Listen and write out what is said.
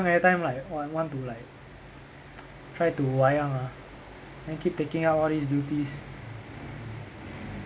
everytime like want want to like try to wayang ah then keep taking up all these duties